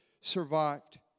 survived